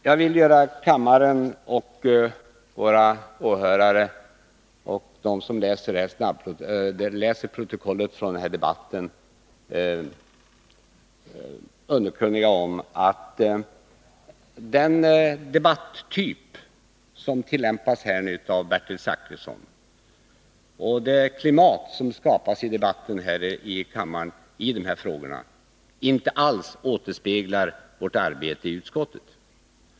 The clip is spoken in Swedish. Jag vill göra kammarens ledamöter, våra åhörare och dem som läser protokollet från den här debatten underkunniga om att den debattyp som tillämpas här av Bertil Zachrisson och det debattklimat som skapas här i kammaren i dessa frågor inte alls återspeglar vårt arbete i utskottet.